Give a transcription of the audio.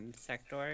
Sector